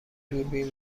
دوربین